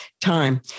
time